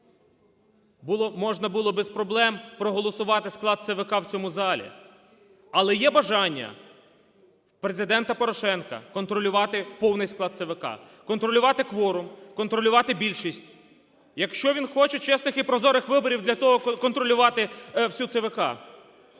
Можна було без проблем проголосувати склад ЦВК в цьому залі. Але є бажання Президента Порошенка контролювати повний склад ЦВК, контролювати кворум, контролювати більшість, якщо він хоче чесних і прозорих виборів, для того контролювати всю ЦВК.